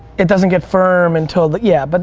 it doesn't get firm until the, yeah, but